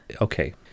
okay